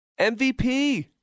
MVP